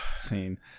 scene